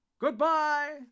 Goodbye